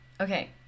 Okay